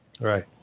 Right